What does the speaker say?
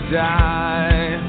die